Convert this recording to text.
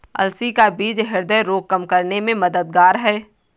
अलसी का बीज ह्रदय रोग कम करने में मददगार है